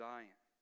Zion